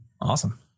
Awesome